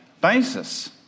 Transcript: basis